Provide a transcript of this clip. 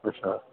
अच्छा